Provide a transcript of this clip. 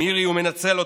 מירי, הוא מנצל אותך.